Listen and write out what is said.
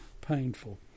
painful